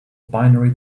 binary